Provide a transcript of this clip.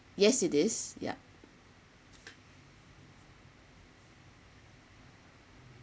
yes it is yup